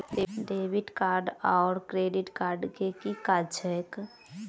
Debit card आओर credit card केँ की काज छैक?